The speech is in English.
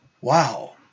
Wow